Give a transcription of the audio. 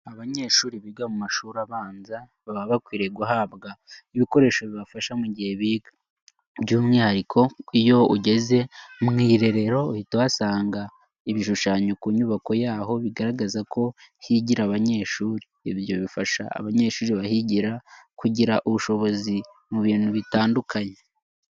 Abanyeshuri biga mu mashuri abanza, baba bakwiriye guhabwa ibikoresho bibafasha mu gihe biga. By'umwihariko iyo ugeze mu irerero uhita uhasanga ibishushanyo ku nyubako yaho, bigaragaza ko higira abanyeshuri. Ibyo bifasha abanyeshuri bahigira kugira ubushobozi mu bintu bitandukanye.